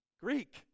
Greek